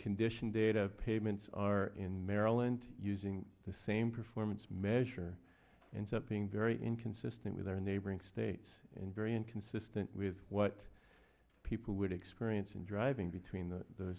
condition data payments are in maryland using the same performance measure and something very inconsistent with their neighboring states and very inconsistent with what people would experience in driving between th